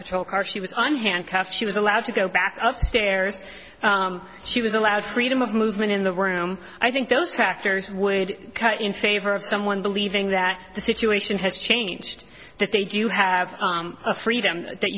patrol car she was on handcuffs she was allowed to go back up stairs she was allowed freedom of movement in the room i think those factors would cut in favor of someone believing that the situation has changed that they do have a freedom that